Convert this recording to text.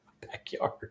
backyard